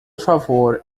favor